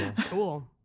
cool